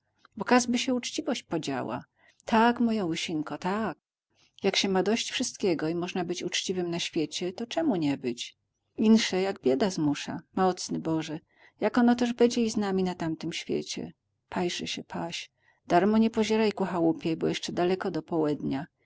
każby sie uczciwość podziała tak moja łysinko tak jak się ma dość wszystkiego i można być uczciwym na świecie to czemu nie być insze jak bieda zmusza mocny boże jak ono też bedzie i z nami na tamtym świecie paś że sie paś darmo nie pozieraj ku chałupie bo jeszcze daleko do połednia